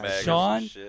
Sean